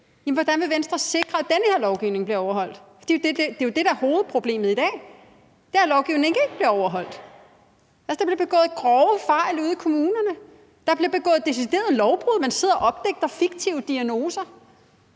hvordan vil Venstre sikre, at den her lovgivning bliver overholdt? For det er jo det, der er hovedproblemet i dag, nemlig at lovgivningen ikke bliver overholdt. Altså, der bliver begået grove fejl ude i kommunerne. Der bliver begået deciderede lovbrud. Man sidder og opdigter fiktive diagnoser.